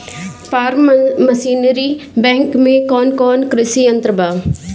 Form machinery bank में कौन कौन कृषि यंत्र बा?